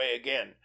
again